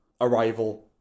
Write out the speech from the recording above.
Arrival